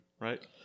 Right